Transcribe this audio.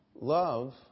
love